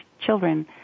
children